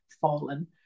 fallen